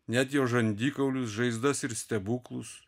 net jo žandikaulius žaizdas ir stebuklus